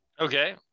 Okay